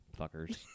Fuckers